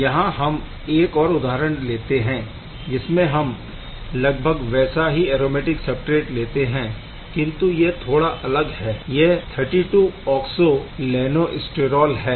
यहाँ हम एक और उदाहरण लेते है जिसमें हम लगभग वैसा ही और्गेनिक सबस्ट्रेट लेते है किंतु यह थोड़ा अलग है यह 32 ऑक्सो लैनोस्टिरौल है